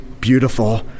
beautiful